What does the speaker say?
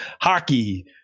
hockey